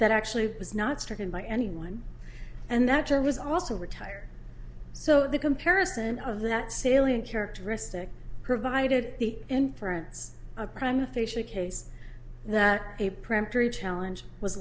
that actually was not stricken by anyone and that juror was also retired so the comparison of that salient characteristic provided the inference a prime facially case that a peremptory challenge was